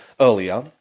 earlier